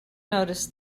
noticed